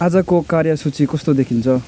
आजको कार्यसूची कस्तो देखिन्छ